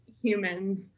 humans